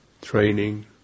training